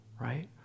right